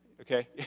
Okay